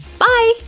bye!